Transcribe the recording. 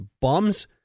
Bums